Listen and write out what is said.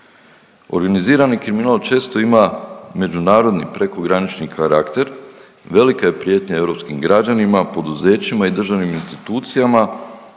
Organizirani kriminal često ima međunarodni prekogranični karakter, velika je prijetnja europskim građanima, poduzećima i državnim institucijama